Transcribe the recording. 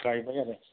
गायबाय आरो